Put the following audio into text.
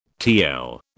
TL